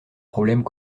problèmes